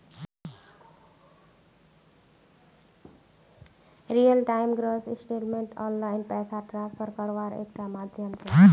real time gross settlement online पैसा transfer कारवार एक टा माध्यम छे